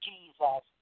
Jesus